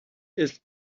its